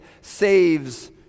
saves